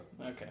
Okay